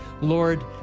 Lord